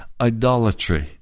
Idolatry